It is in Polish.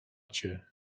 cię